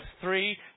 three